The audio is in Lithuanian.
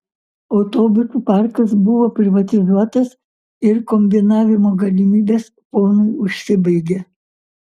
autobusų parkas buvo privatizuotas ir kombinavimo galimybės ponui užsibaigė